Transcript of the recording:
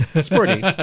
Sporty